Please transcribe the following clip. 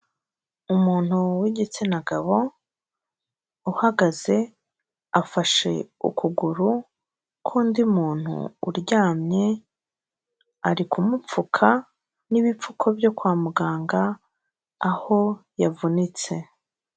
Umuntu w'igitsina gabo, uhagaze afashe ukuguru k'undi muntu uryamye, ari kumupfuka n'ibipfuko byo kwa muganga aho yavunitse.